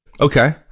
okay